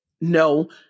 No